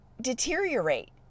deteriorate